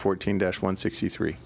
fourteen dash one sixty three